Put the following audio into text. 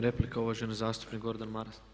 Replika, uvaženi zastupnik Gordan Maras.